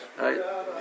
Right